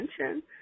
attention